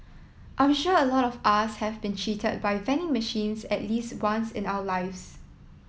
I'm sure a lot of us have been cheated by vending machines at least once in our lives